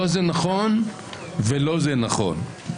לא זה נכון ולא זה נכון.